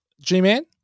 G-Man